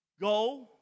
go